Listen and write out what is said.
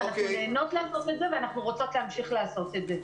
אנחנו נהנות לעשות את זה ואנחנו רוצות להמשיך לעשות את זה.